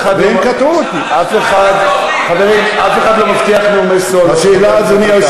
אף אחד לא מבטיח, למה?